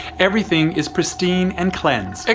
everything is pristine and cleansed. ah